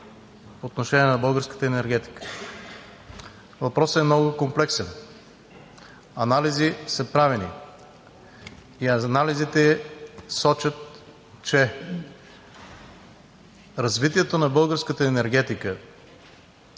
Въпросът е много комплексен. Анализи са правени и сочат, че развитието на българската енергетика